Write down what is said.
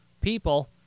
people